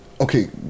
Okay